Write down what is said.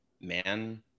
man